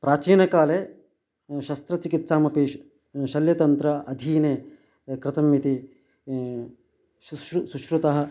प्राचीनकाले शस्त्रचिकित्सामपि शल्यतन्त्र अधीने कृतम् इति सुश्रुतः सुश्रुतः